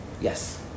yes